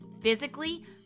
physically